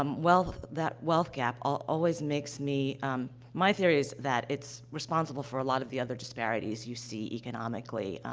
um wealth that wealth gap always makes me, um my theory is that it's responsible for a lot of the other disparities you see economically.